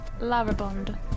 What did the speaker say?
Larabond